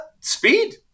speed